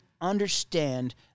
understand